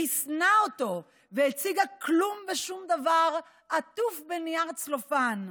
ריסנה אותו והציגה כלום ושום דבר עטוף בנייר צלופן.